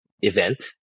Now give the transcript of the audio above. event